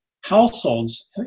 households